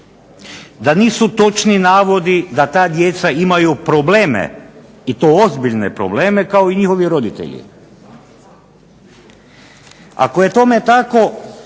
da nisu točni navodi da ta djeca imaju probleme i to ozbiljne probleme kao i njihovi roditelji. Ako je tome tako,